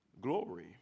glory